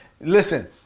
Listen